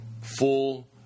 full